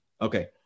okay